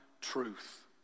truth